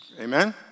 Amen